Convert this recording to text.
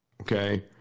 Okay